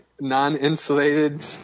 non-insulated